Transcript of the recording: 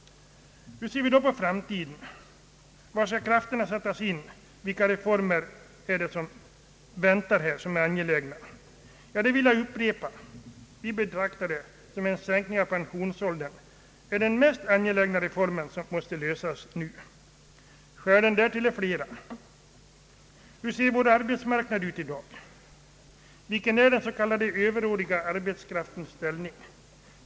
Hur ser vi då på framtiden? Var skall krafterna sättas in? Vilka reformer är det som väntar här och som är angelägna? Jag vill upprepa det: Vi betraktar en sänkning av pensionsåldern som den mest angelägna reformen och som en reform som måste lösas nu. Skälen därtill är många. Hur ser vår arbetsmarknad ut i dag? Vilken är den s.k. överåriga arbetskraftens ställning?